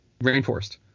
rainforest